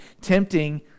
tempting